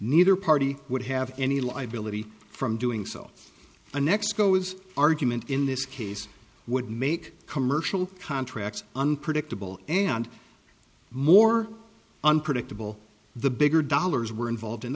neither party would have any liability from doing so and next goes argument in this case would make commercial contracts unpredictable and more unpredictable the bigger dollars were involved